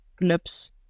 clubs